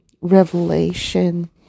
Revelation